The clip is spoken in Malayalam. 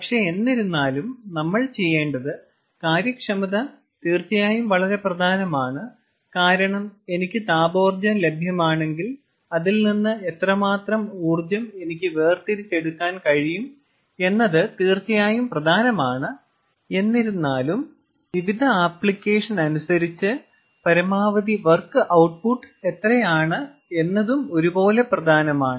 പക്ഷേ എന്നിരുന്നാലും നമ്മൾ ചെയ്യേണ്ടത് കാര്യക്ഷമത തീർച്ചയായും വളരെ പ്രധാനമാണ് കാരണം എനിക്ക് താപോർജ്ജം ലഭ്യമാണെങ്കിൽ അതിൽ നിന്ന് എത്രമാത്രം ഊർജ്ജം എനിക്ക് വേർതിരിച്ചെടുക്കാൻ കഴിയും എന്നത് തീർച്ചയായും പ്രധാനമാണ് എന്നിരുന്നാലും വിവിധ ആപ്ലിക്കേഷൻ അനുസരിച്ചു പരമാവധി വർക്ക് ഔട്ട്പുട്ട് എത്രയാണ് എന്നതും ഒരുപോലെ പ്രധാനമാണ്